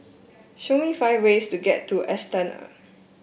show me five ways to get to Astana